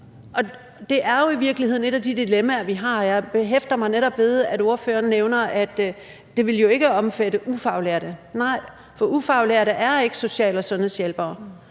et af de dilemmaer, vi har, og jeg hæfter mig netop ved, at ordføreren nævner, at det jo ikke vil omfatte ufaglærte. Nej, for ufaglærte er ikke social- og sundhedshjælpere,